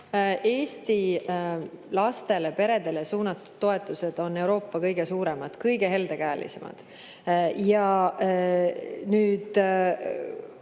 Eesti lastele ja peredele suunatud toetused on Euroopa kõige suuremad, kõige heldekäelisemad.